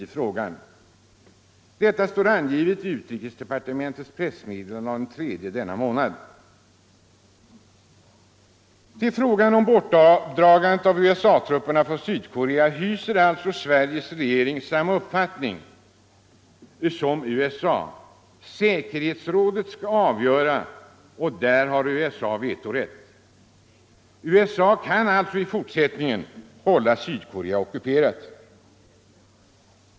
Detta står angivet i utrikesdepartementets pressmeddelande av den 3 i denna månad. I frågan om bortdragandet av USA-trupperna från Sydkorea hyser alltså Sveriges regering samma uppfattning som USA. Säkerhetsrådet skall avgöra, och där har USA vetorätt. USA kan alltså även i fortsättningen hålla Sydkorea ockuperat.